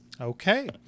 Okay